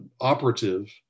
operative